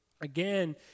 Again